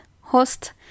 host